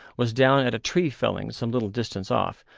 was down at a tree-felling some little distance off,